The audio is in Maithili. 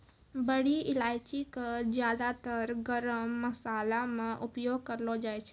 बड़ी इलायची कॅ ज्यादातर गरम मशाला मॅ उपयोग करलो जाय छै